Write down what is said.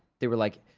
they were like,